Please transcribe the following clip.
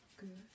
Good